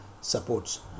supports